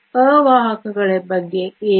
ಅವಾಹಕಗಳ ಬಗ್ಗೆ ಏನು